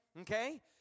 okay